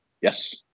yes